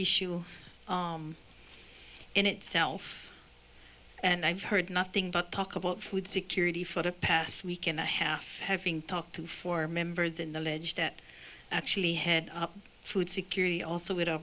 issue in itself and i've heard nothing but talk about food security for the past week and a half having talked to four members in the ledge that actually had food security also